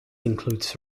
includes